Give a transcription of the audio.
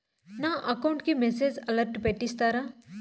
నా అకౌంట్ కి message alert పెట్టిస్తారా